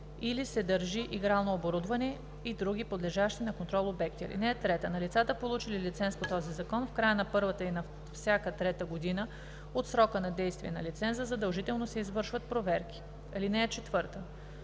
или се държи игрално оборудване, и други подлежащи на контрол обекти. (3) На лицата, получили лиценз по този закон, в края на първата и на всяка трета година от срока на действие на лиценза задължително се извършват проверки. (4) По